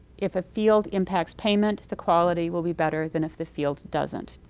if a field impacts payment, the quality will be better than if the field doesn't.